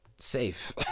Safe